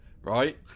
right